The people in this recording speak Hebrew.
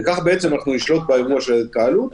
וכך אנחנו נשלוט באירוע של ההתקהלות,